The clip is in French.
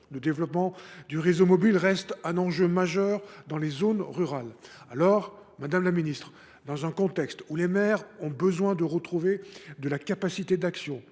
le développement du réseau mobile reste un enjeu majeur dans les zones rurales. Madame la ministre, dans un contexte où les maires ont besoin de retrouver de la capacité d’action,